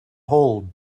hold